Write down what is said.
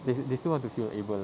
they they still want to feel able